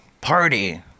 party